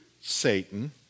Satan